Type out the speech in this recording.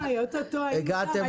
הגעתם לפה, זה כבר טוב.